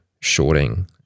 shorting